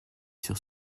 sur